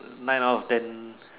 nine out of ten